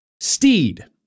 Steed